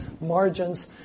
margins